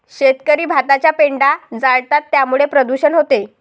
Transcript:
शेतकरी भाताचा पेंढा जाळतात त्यामुळे प्रदूषण होते